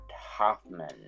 Hoffman